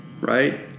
right